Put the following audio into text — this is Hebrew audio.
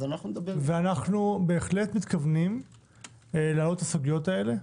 אנחנו בהחלט מתכוונים להעלות את הסוגיות האלה,